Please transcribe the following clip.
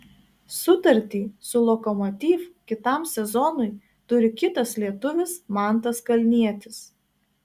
sutartį su lokomotiv kitam sezonui turi kitas lietuvis mantas kalnietis